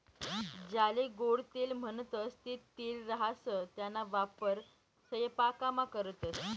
ज्याले गोडं तेल म्हणतंस ते तीळ राहास त्याना वापर सयपाकामा करतंस